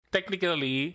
Technically